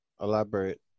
Elaborate